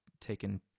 taken